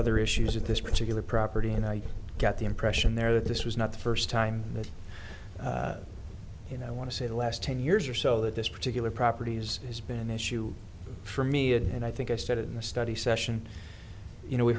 other issues with this particular property and i got the impression there that this was not the first time that you know i want to say the last ten years or so that this particular properties has been an issue for me and i think i started in a study session you know we